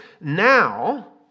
Now